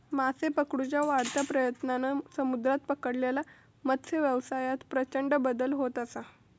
मासे पकडुच्या वाढत्या प्रयत्नांन समुद्रात पकडलेल्या मत्सव्यवसायात प्रचंड बदल होत असा